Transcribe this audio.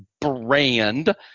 brand